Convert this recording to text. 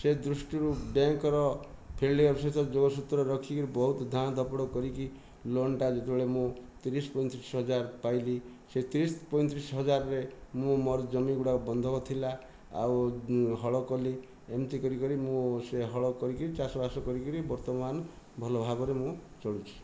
ସେ ଦୃଷ୍ଟିରୁ ବ୍ୟାଙ୍କର ଫିଲଡ଼ ଅଫିସର ଯୋଗସୂତ୍ର ରଖିକି ବହୁତ ଧାଁ ଧପଡ଼ କରିକି ଲୋନଟା ଯେତେବେଳେ ମୁଁ ତିରିଶ ପଞ୍ଚତିରିଶ ହଜାର ପାଇଲି ସେ ତିରିଶ ପଞ୍ଚତିରିଶ ହଜାରରେ ମୁଁ ମୋର ଜମି ଗୁଡ଼ା ବନ୍ଧକ ଥିଲା ଆଉ ହଳ କଲି ଏମିତି କରିକରି ସେ ହଳ କରିକି ଚାଷ ବାସ କରିକିରି ବର୍ତ୍ତମାନ ଭଲ ଭାବରେ ମୁଁ ଚଳୁଛି